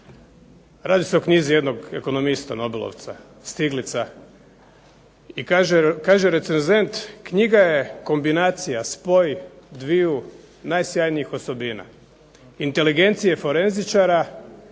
Radi se o knjizi jednog ekonomista, nobelovca Stiglitza, i kaže recenzent knjiga je kombinacija, spoj dviju najsjajnijih osobina. Inteligencije forenzičara i